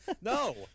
no